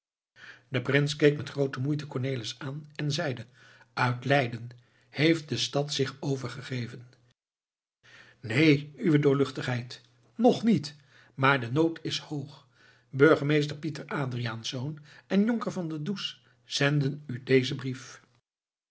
de prins keek met groote moeite cornelis aan en zeide uit leiden heeft de stad zich overgegeven neen uwe doorluchtigheid ng niet maar de nood is hoog burgemeester pieter adriaensz en jonker van der does zenden u dezen brief